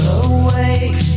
awake